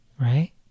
right